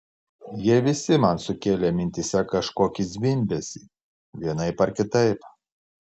jie visi man sukėlė mintyse kažkokį zvimbesį vienaip ar kitaip